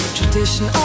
tradition